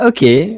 Okay